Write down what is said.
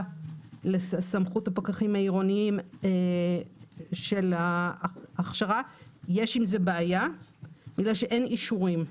לסמכות הפקחים העירוניים של ההכשרה יש עם זה בעיה כי אין אישורים.